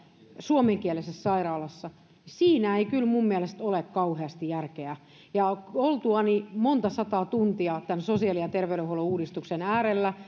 suomenkielisessä sairaalassa ei kyllä minun mielestä ole kauheasti järkeä oltuani monta sataa tuntia tämän sosiaali ja terveydenhuollon uudistuksen äärellä